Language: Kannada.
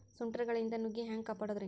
ಸುಂಟರ್ ಗಾಳಿಯಿಂದ ನುಗ್ಗಿ ಹ್ಯಾಂಗ ಕಾಪಡೊದ್ರೇ?